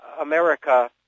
America